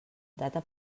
data